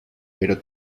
pero